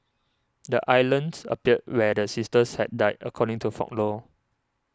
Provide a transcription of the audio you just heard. the islands appeared where the sisters had died according to folklore